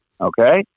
Okay